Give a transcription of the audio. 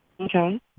Okay